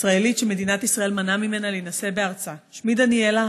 ישראלית שמדינת ישראל מנעה ממנה להינשא בארצה: שמי דניאלה.